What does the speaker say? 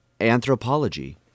anthropology